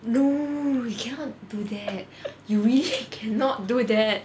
no you cannot do you wish you cannot do that